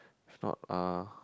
if not uh